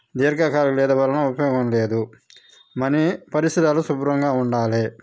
దీర్ఘకాలం లేదా ఉపయోగం లేదు మన పరిసరాలు శుభ్రంగా ఉండాలి